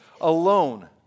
alone